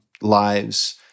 Lives